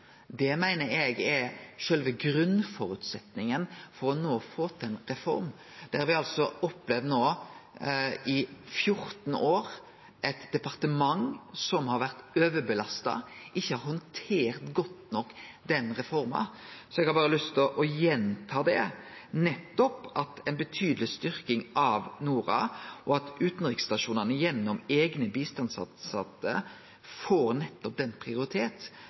sjølve grunnføresetnaden for no å få til ei reform. Me har i 14 år opplevd eit departement som har vore overbelasta og ikkje har handtert reforma godt nok, så eg har berre lyst til å gjenta spørsmålet om ei betydeleg styrking av Norad og om utanriksstasjonane gjennom eigne bistandstilsette får nettopp den